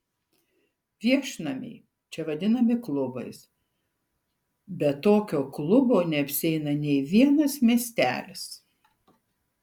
viešnamiai čia vadinami klubais be tokio klubo neapsieina nė vienas miestelis